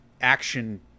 action